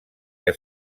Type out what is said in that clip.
que